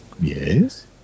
Yes